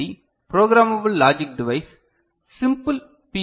D programmable logic device simple B